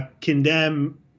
condemn